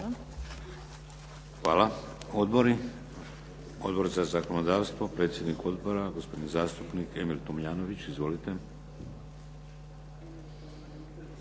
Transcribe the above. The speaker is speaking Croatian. Hvala.